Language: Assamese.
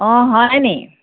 অ' হয় নি